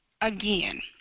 again